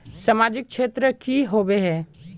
सामाजिक क्षेत्र की होबे है?